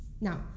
Now